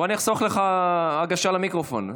בוא אני אחסוך לך הגשה למיקרופון.